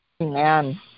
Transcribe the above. Amen